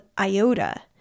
iota